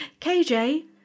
KJ